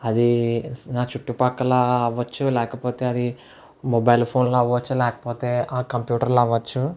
అది నా చుట్టూ పక్కల అవ్వచ్చు లేకపోతే అది మొబైల్ ఫోన్ లో అవ్వచ్చు లేకపోతే కంప్యూటర్ లో అవ్వవచ్చు